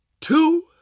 Two